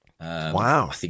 Wow